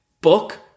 Book